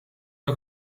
nog